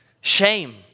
shame